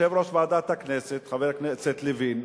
יו"ר ועדת הכנסת, חבר הכנסת לוין,